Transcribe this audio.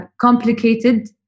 complicated